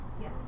Yes